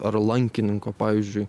ar lankininko pavyzdžiui